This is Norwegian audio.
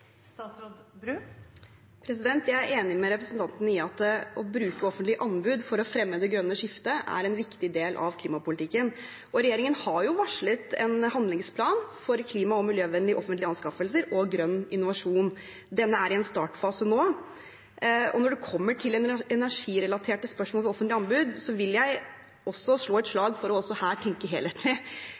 Jeg er enig med representanten Haltbrekken i at det å bruke offentlige anbud for å fremme det grønne skiftet er en viktig del av klimapolitikken. Regjeringen har varslet en handlingsplan for klima- og miljøvennlige offentlige anskaffelser og grønn innovasjon, den er i en startfase nå. Når det gjelder energirelaterte spørsmål i offentlige anbud, vil jeg slå et slag for også her å tenke helhetlig.